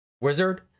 wizard